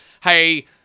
hey